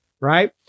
Right